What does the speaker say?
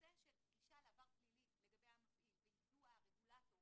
הנושא של גישה לעבר פלילי לגבי המפעיל ויידוע הרגולטור